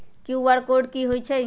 QR code कि हई छई?